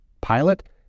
pilot